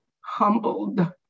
humbled